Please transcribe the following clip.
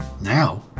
now